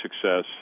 success